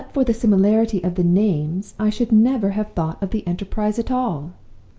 but for the similarity of the names, i should never have thought of the enterprise at all